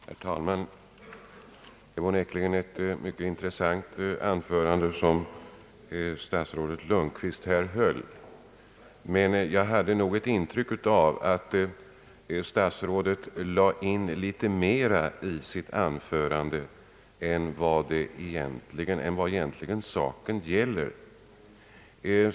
Herr talman! Det var onekligen ett mycket intressant anförande som statsrådet Lundkvist här höll. Men jag hade ett intryck av att statsrådet lade in litet mera i sitt anförande än vad egentligen saken gäller.